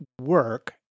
work